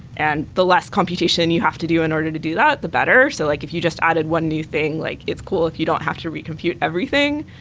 and the less computation and you have to do in order to do that, the better. so like if you just added one new thing, like it's cool if you don't have to re-compute everything.